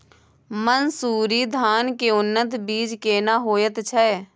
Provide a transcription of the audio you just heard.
मन्सूरी धान के उन्नत बीज केना होयत छै?